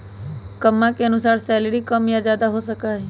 कम्मा के अनुसार सैलरी कम या ज्यादा हो सका हई